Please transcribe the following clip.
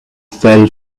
fell